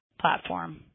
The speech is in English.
platform